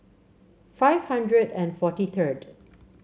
five hundred and forty third